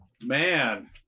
man